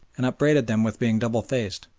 and upbraided them with being double-faced.